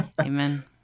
Amen